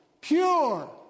pure